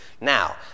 Now